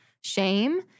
shame